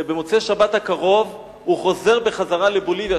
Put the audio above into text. ובמוצאי שבת הוא חוזר לבוליביה.